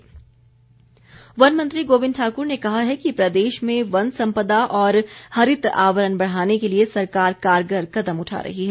गोविंद ठाकुर वन मंत्री गोविंद ठाकुर ने कहा है कि प्रदेश में वन संपदा और हरित आवरण बढ़ाने के लिए सरकार कारगर कदम उठा रही है